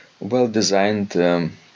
Well-designed